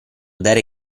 dare